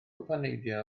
gwpaneidiau